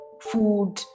food